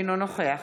אינו נוכח